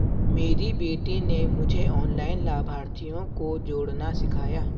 मेरी बेटी ने मुझे ऑनलाइन लाभार्थियों को जोड़ना सिखाया